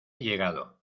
llegado